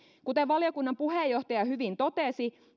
kuten valiokunnan puheenjohtaja hyvin totesi